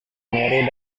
mary